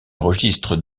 registres